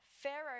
Pharaoh